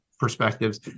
perspectives